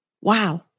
Wow